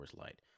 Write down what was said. Light